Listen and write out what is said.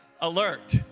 alert